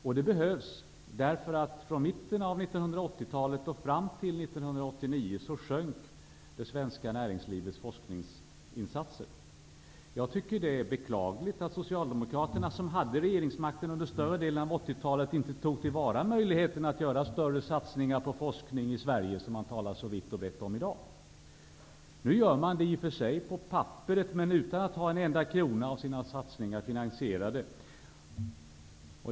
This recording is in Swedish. Och det behövs, därför att det svenska näringslivets forskningsinsatser sjönk från mitten av 1980-talet fram till 1989. Jag tycker att det är beklagligt att Socialdemokraterna, som hade regeringsmakten under större delen av 1980-talet, inte tog till vara möjligheten att göra större satsningar på forskning i Sverige, som man talar så vitt och brett om i dag. Nu gör man det i och för sig på papperet men utan att ha en enda krona av sina satsningar finansierad.